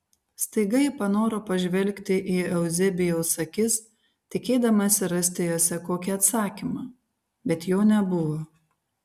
staiga ji panoro pažvelgti į euzebijaus akis tikėdamasi rasti jose kokį atsakymą bet jo nebuvo